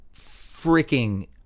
freaking